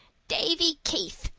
davy keith,